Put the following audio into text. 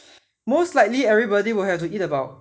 most likely everybody will have to eat about